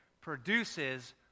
produces